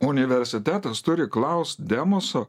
universitetas turi klaust demuso